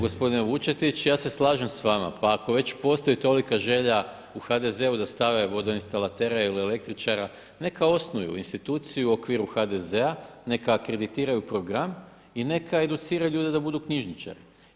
Gospodin Vučetić, ja se slažem s vama, pa ako već postoji tolika želja u HDZ-u da stave vodoinstalatera ili električara, neka osnuju instituciju u okviru HDZ-, neka akreditiraju program i neka educiraju ljude da budu knjižničari.